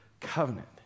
covenant